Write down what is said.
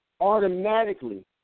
automatically